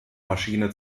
maschine